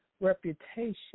reputation